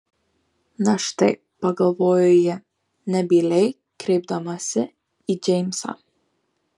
na štai pagalvojo ji nebyliai kreipdamasi į džeimsą